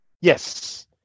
yes